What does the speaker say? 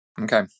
Okay